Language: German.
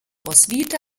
roswitha